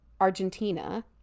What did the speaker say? argentina